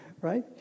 Right